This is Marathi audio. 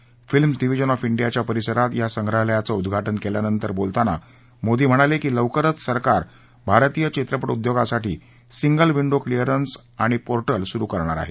मुंबईत फिल्म्स डिव्हीजन ऑफ डियाच्या परिसरात या संग्रहालयाचं उद्घाटन केल्यानंतर बोलताना मोदी म्हणाले की लवकरच सरकार भारतीय चित्रपट उद्घोगासाठी सिंगल विंडो क्लेअरन्स आणि पोर्टल सुरु करणार आहे